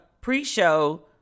pre-show